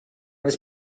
was